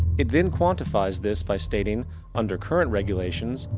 it then quantifies this by stating under current regulations,